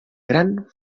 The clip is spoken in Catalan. gran